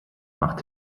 macht